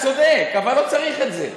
אבל לא צריך את זה,